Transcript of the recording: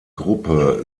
gruppe